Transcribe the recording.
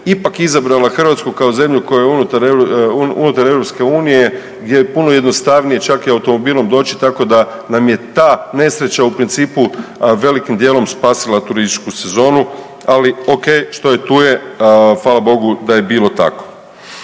ipak izabrala Hrvatsku kao zemlju koja je unutar EU gdje je puno jednostavnije čak i automobilom doći, tako da nam je ta nesreća u principu velikim dijelom spasila turističku sezonu, ali okej što je tu je, hvala Bogu da je bilo tako.